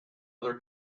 other